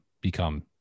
become